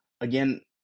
again